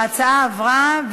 ההצעה התקבלה,